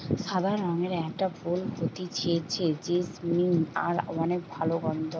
সাদা রঙের একটা ফুল হতিছে জেসমিন যার অনেক ভালা গন্ধ